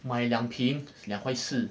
买两瓶两块四